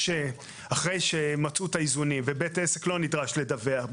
אחרי שמצאו את האיזונים ובית עסק קטן לא נדרש לדווח,